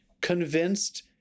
convinced